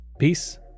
peace